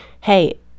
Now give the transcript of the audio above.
Hey